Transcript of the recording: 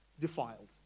defiled